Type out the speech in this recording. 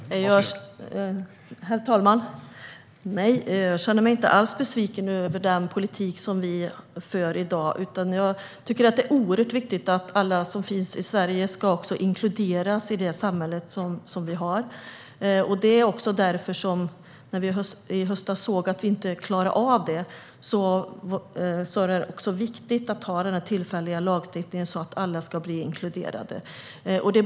Herr talman! Nej, jag känner mig inte alls besviken över den politik som vi för i dag, utan jag tycker att det är oerhört viktigt att alla som finns i Sverige ska inkluderas i det samhälle som vi har. Det är också därför som vi, när vi förra hösten såg att vi inte klarade av det, tyckte att det var viktigt att ha den här tillfälliga lagstiftningen så att alla ska bli inkluderade.